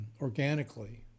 organically